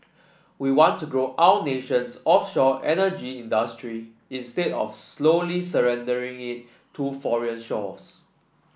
we want to grow our nation's offshore energy industry instead of slowly surrendering it to foreign shores